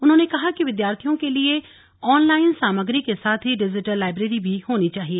उन्होंने कहा कि विद्यार्थीयों के लिये ऑनलाइन सामग्री के साथ ही डिजिटल लाईबेरी भी होनी चाहिए